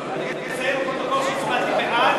אני אציין לפרוטוקול שאני הצבעתי בעד,